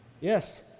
Yes